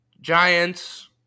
Giants